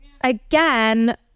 again